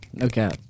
okay